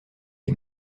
est